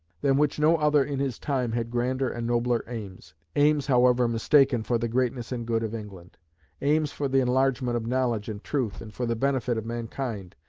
than which no other in his time had grander and nobler aims aims, however mistaken, for the greatness and good of england aims for the enlargement of knowledge and truth, and for the benefit of mankind.